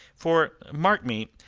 for, mark me,